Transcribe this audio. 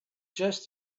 just